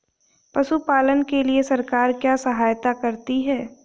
पशु पालन के लिए सरकार क्या सहायता करती है?